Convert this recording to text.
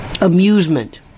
amusement